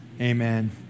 amen